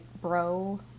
bro